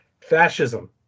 fascism